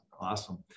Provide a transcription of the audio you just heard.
awesome